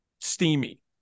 steamy